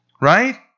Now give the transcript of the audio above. right